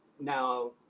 now